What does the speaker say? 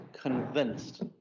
convinced